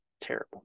terrible